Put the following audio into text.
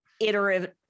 iterative